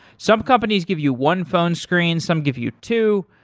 some companies give you one phone screen, some give you two,